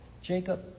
Jacob